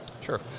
Sure